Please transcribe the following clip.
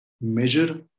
measure